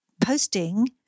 posting